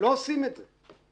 לא עושים את זה.